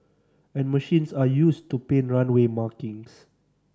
and machines are used to paint runway markings